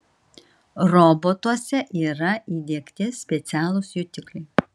robotuose yra įdiegti specialūs jutikliai